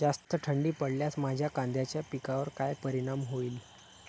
जास्त थंडी पडल्यास माझ्या कांद्याच्या पिकावर काय परिणाम होईल?